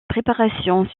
préparation